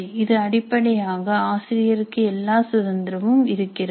இது அடிப்படையாக ஆசிரியருக்கு எல்லா சுதந்திரமும் இருக்கிறது